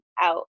out